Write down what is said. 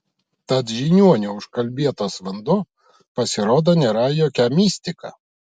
tad žiniuonių užkalbėtas vanduo pasirodo nėra jokia mistika